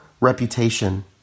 reputation